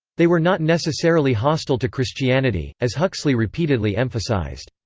they were not necessarily hostile to christianity, as huxley repeatedly emphasized.